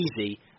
easy